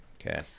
okay